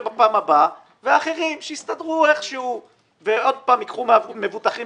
בפעם הבאה והאחרים שיסתדרו איכשהו ועוד פעם ייקחו מהמבוטחים